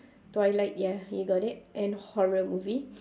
twilight ya you got it and horror movie